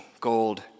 gold